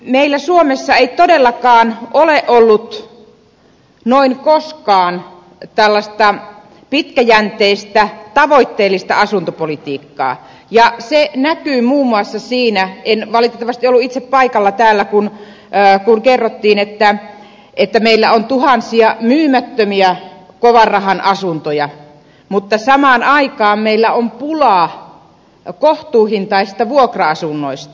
meillä suomessa ei todellakaan ole ollut koskaan tällaista pitkäjänteistä tavoitteellista asuntopolitiikkaa ja se näkyy muun muassa siinä en valitettavasti ollut itse paikalla täällä kun kerrottiin että meillä on tuhansia myymättömiä kovanrahan asuntoja mutta samaan aikaan meillä on pulaa kohtuuhintaisista vuokra asunnoista